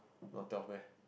not tell meh